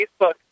Facebook